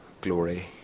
glory